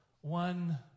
one